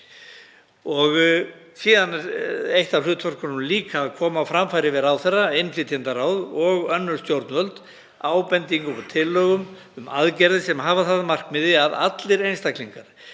Síðan er eitt af hlutverkunum líka að koma á framfæri við ráðherra, innflytjendaráð og önnur stjórnvöld ábendingum og tillögum um aðgerðir sem hafa það að markmiði að allir einstaklingar